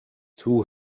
two